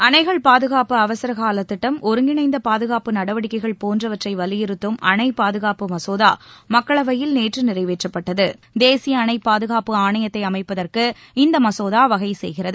அணைகள் பாதுகாப்பு அவசரகால திட்டம் ஒருங்கிணைந்த பாதுகாப்பு நடவடிக்கைகள் போன்றவற்றை வலியுறுத்தும் அணை பாதுகாப்பு மசோதா மக்களவையில் நேற்று நிறைவேற்றப்பட்டது தேசிய அணை பாதுகாப்பு ஆணையத்தை அமைப்பதற்கு இந்த மசோதா வகை செய்கிறது